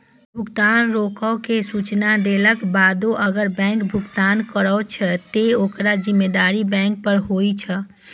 भुगतान रोकै के सूचना देलाक बादो अगर बैंक भुगतान करै छै, ते ओकर जिम्मेदारी बैंक पर होइ छै